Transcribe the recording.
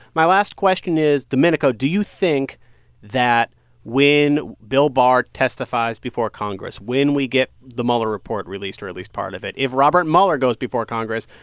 my last question is, domenico, do you think that when bill barr testifies before congress when we get the mueller report released, or at least part of it, if robert mueller goes before congress,